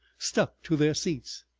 stuck to their seats.